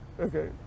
okay